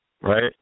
right